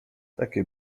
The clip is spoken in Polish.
takie